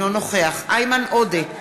אינו נוכח איימן עודה,